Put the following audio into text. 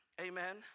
amen